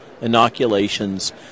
inoculations